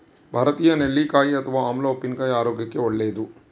ಭಾರತೀಯ ನೆಲ್ಲಿಕಾಯಿ ಅಥವಾ ಆಮ್ಲ ಉಪ್ಪಿನಕಾಯಿ ಆರೋಗ್ಯಕ್ಕೆ ಒಳ್ಳೇದು